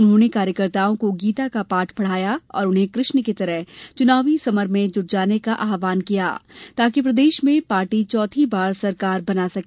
उन्होंने कार्यकर्ताओं को गीता का पाठ पढाया और उन्हें कृष्ण की तरह चुनावी तैयारियों में जुट जाने का आहवान किया ताकि प्रदेश में पार्टी चौथी बार सरकार बना सके